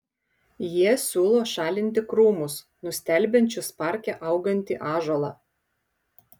jie siūlo šalinti krūmus nustelbiančius parke augantį ąžuolą